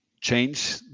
change